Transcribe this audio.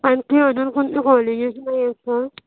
आणखी अजून कोणते कॉलेजेस नाही आहेत का